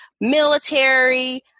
military